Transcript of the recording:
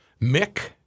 mick